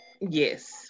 Yes